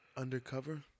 Undercover